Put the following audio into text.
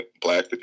black